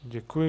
Děkuji.